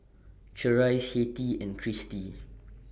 Charisse Hettie and Kristi